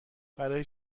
برای